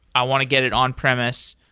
i want to get it on premise.